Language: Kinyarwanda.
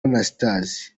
anastase